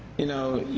you know,